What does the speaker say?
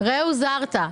ראה הוזהרת,